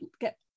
get